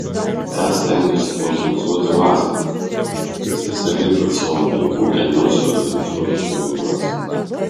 tą stengiuosi kompensuoti vasarą kai specialiai dėl savo vaikų ėmiausi organizuoti stovyklas